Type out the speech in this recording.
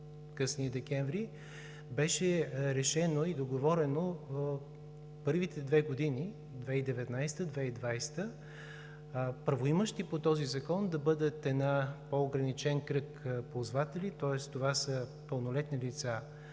късният декември, беше решено и договорено първите две години – 2019 – 2020 г., правоимащи по този закон да бъдат един по-ограничен кръг ползватели, тоест това са пълнолетни лица